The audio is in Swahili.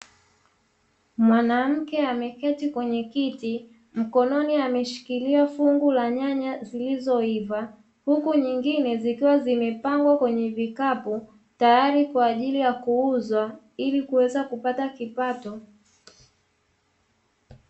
Mwanamke ameketi kwenye kiti mkononi ameshikilia fungu la nyanya zilizoiva, huku nyingine zikiwa zimepangwa kwenye vikapu tayari kwa ajili ya kuuzwa ili kuweza kupata kipato.